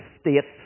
states